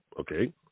Okay